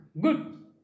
Good